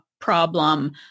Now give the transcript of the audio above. problem